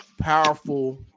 powerful